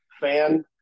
fan